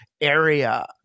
area